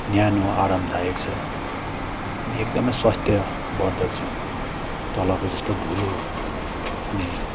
न्यानो आरामदायक छ अनि एकदमै स्वस्थ्यवर्द्धक छ तलको जस्तो धुलो अनि